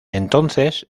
entonces